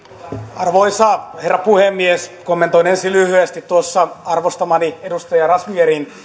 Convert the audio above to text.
arvoisa herra puhemies kommentoin ensin lyhyesti arvostamani edustaja razmyarin